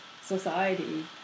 society